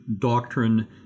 doctrine